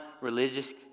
religious